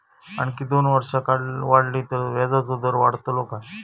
आणखी दोन वर्षा वाढली तर व्याजाचो दर वाढतलो काय?